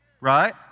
Right